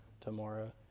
tomorrow